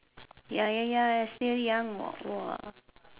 ya ya ya still young what !wah!